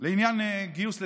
לעניין גיוס לצה"ל,